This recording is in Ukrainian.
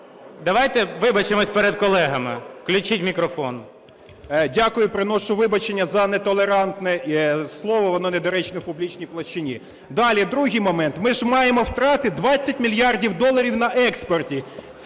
Давайте вибачимось перед колегами. Включіть мікрофон. 12:53:23 КОЛТУНОВИЧ О.С. Дякую. Приношу вибачення за нетолерантне слово, воно недоречне в публічній площині. Далі, другий момент. Ми ж маємо втрати 20 мільярдів доларів на експорті.